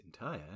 entire